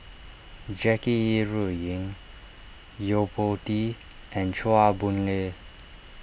Jackie Yi Ru Ying Yo Po Tee and Chua Boon Lay